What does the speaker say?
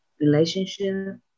relationship